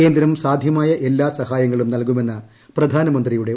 കേന്ദ്രം സാധ്യമായ എല്ലാ സഹായങ്ങളും നല്കുമെന്ന് പ്രധാനമന്ത്രിയുടെ ഉറപ്പ്